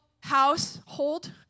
household